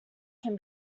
can